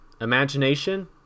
Imagination